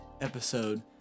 episode